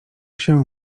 się